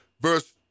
verse